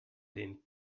den